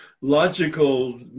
logical